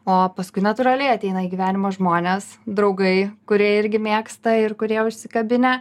o paskui natūraliai ateina į gyvenimą žmonės draugai kurie irgi mėgsta ir kurie užsikabinę